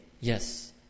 Yes